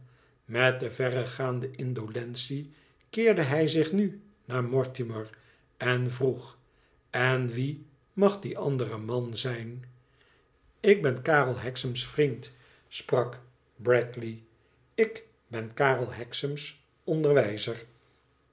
met de verregaandste indolentie keerde hij zich nu naar mortimer en vroeg en wie mag die andere man zijn ik ben karel hexam's vriend sprak bradley ik ben karel hexam's onderwijzer